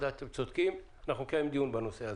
אתם צודקים, אנחנו נקיים דיון בנושא הזה.